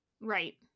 right